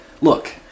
Look